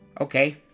Okay